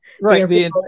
right